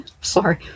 Sorry